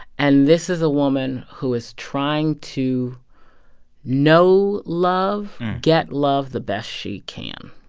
and this is a woman who is trying to know love, get love the best she can.